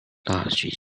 大学